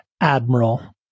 Admiral